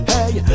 Hey